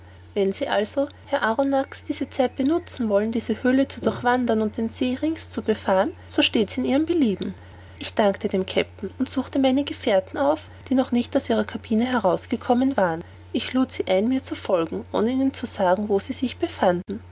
wenn sie also herr arronax diese zeit benutzen wollen diese höhle zu durchwandern und den see rings zu befahren so steht's in ihrem belieben ich dankte dem kapitän und suchte meine gefährten auf die noch nicht aus ihrer cabine herausgekommen waren ich lud sie ein mir zu folgen ohne ihnen zu sagen wo sie sich befanden